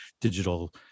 digital